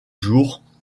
jours